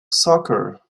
soccer